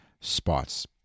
spots